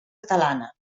catalana